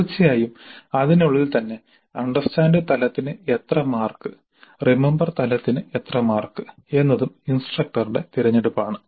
തീർച്ചയായും അതിനുള്ളിൽ തന്നെ അണ്ടർസ്റ്റാൻഡ് തലത്തിന് എത്ര മാർക്ക് റിമമ്പർ തലത്തിന് എത്ര മാർക്ക് എന്നതും ഇൻസ്ട്രക്ടറുടെ തിരഞ്ഞെടുപ്പ് ആണ്